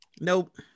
Nope